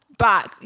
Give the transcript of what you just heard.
back